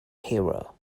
hero